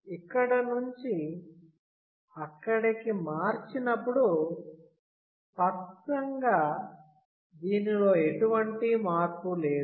ఇక్కడి నుంచి అక్కడికి మార్చినప్పుడు స్పష్టంగా దీనిలో ఎటువంటి మార్పు లేదు